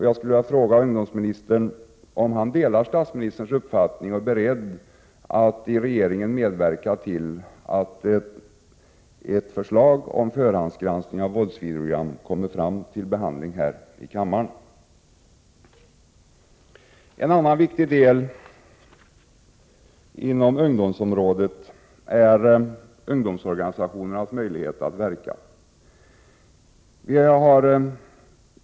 Jag vill fråga ungdomsministern om han delar statsministerns uppfattning och är beredd att i regeringen medverka till att ett förslag om förhandsgranskning av våldsvideogram kommer upp till behandling här i kammaren. En annan viktig del inom ungdomsområdet är ungdomsorganisationernas möjligheter att verka.